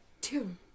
Two